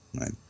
right